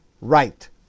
right